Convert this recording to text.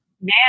Now